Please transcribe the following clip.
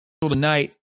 tonight